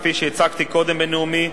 וכפי שהצגתי קודם בנאומי,